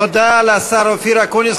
תודה לשר אופיר אקוניס.